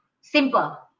Simple